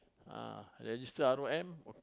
ah register R_O_M